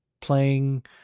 playing